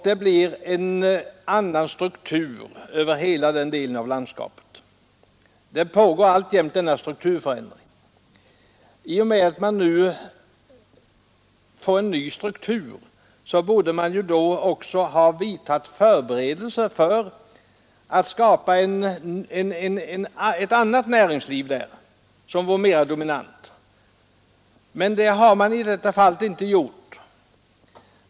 Det blev en annan struktur över hela den delen av landskapet, och strukturförändringen pågår alltjämt. I och med denna förändring borde man ha vidtagit förberedelser för att skapa ett annat näringsliv i området, men det har man inte gjort.